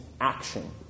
action